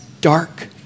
dark